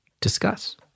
Discuss